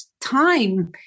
time